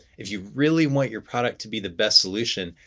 if you really want your product to be the best solution,